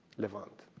levant.